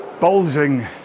bulging